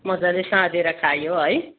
मजाले साँधेर खायो है